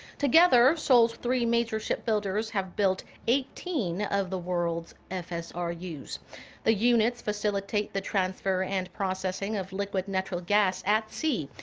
together, seoul's three major shipbuilders have built eighteen of the world's fsrus. the units facilitate the transfer and processing of liquid natural gas at sea,